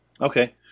Okay